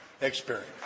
Experience